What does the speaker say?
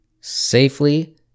safely